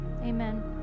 Amen